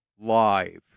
live